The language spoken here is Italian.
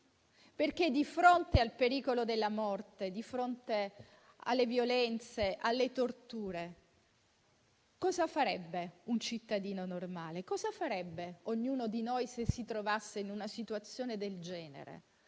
Di fronte al pericolo della morte, alle violenze e alle torture, cosa farebbe un cittadino normale? Cosa farebbe ognuno di noi, se si trovasse in una situazione del genere?